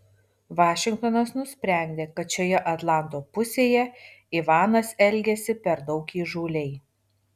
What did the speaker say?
vašingtonas nusprendė kad šioje atlanto pusėje ivanas elgiasi per daug įžūliai